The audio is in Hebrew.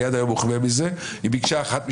אני עד היום מוחמא מזה היא ביקשה אחת משתיים: